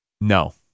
No